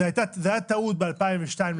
זו הייתה טעות לבטל את זה ב-2002.